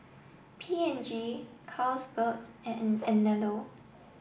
P and G Carlsberg and Anello